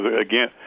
again